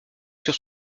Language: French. sur